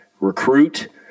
recruit